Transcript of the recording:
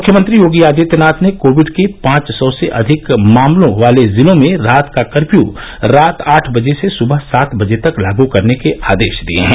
मुख्यमंत्री योगी आदित्यनाथ ने कोविड के पांच सौ से अधिक मामलों वाले जिलों में रात का कर्फ्यू रात आठ बजे से सुबह सात बजे तक लागू करने के आदेश दिए हैं